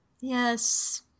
Yes